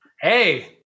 Hey